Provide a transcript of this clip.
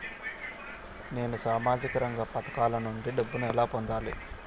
నేను సామాజిక రంగ పథకాల నుండి డబ్బుని ఎలా పొందాలి?